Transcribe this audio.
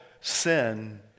sin